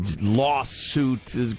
Lawsuit